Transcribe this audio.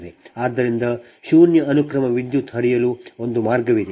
ಆದ್ದರಿಂದ ಶೂನ್ಯ ಅನುಕ್ರಮ ವಿದ್ಯುತ್ ಹರಿಯಲು ಒಂದು ಮಾರ್ಗವಿದೆ